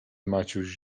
maciuś